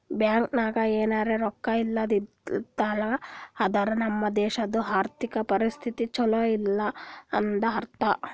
bank ನಾಗ್ ಎನಾರೇ ರೊಕ್ಕಾ ಇದ್ದಿದ್ದಿಲ್ಲ ಅಂದುರ್ ನಮ್ದು ದೇಶದು ಆರ್ಥಿಕ್ ಪರಿಸ್ಥಿತಿ ಛಲೋ ಇಲ್ಲ ಅಂತ ಅರ್ಥ